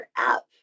up